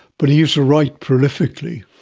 but he used to write prolifically.